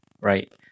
right